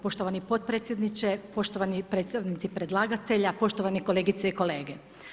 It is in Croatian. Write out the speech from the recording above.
Poštovani potpredsjedniče, poštovani predstavnici predlagatelja, poštovane kolegice i kolege.